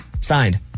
Signed